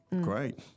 Great